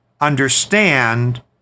understand